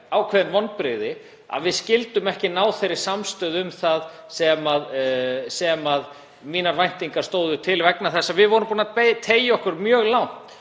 ákveðin vonbrigði að við skyldum ekki ná samstöðu um það sem mínar væntingar stóðu til vegna þess að við vorum búin að teygja okkur mjög langt